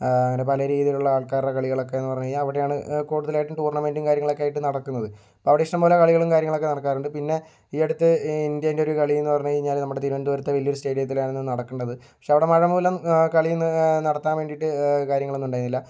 അങ്ങനെ പല രീതിയിലുള്ള ആൾക്കാരുടെ കളികളൊക്കെയെന്ന് പറഞ്ഞ് കഴിഞ്ഞാൽ അവിടെയാണ് കൂടുതലായിട്ടും ടൂർണ്ണമെന്റും കാര്യങ്ങളൊക്കെയായിട്ട് നടക്കുന്നത് ഇപ്പോൾ അവിടെ ഇഷ്ടം പോലെ കളികളും കാര്യങ്ങളും ഒക്കെ നടക്കാറുണ്ട് ഈ അടുത്ത് ഇന്ത്യേൻ്റെ ഒരു കളിയെന്ന് പറഞ്ഞ് കഴിഞ്ഞാല് നമ്മുടെ തിരുവന്തപുരത്തെ വലിയൊരു സ്റ്റേഡിയത്തിലാണ് ഇത് നടക്കണ്ടത് പക്ഷെ അവിടെ മഴ മൂലം കളി നടത്താൻ വേണ്ടീട്ട് കാര്യങ്ങളൊന്നും ഉണ്ടായിരുന്നില്ല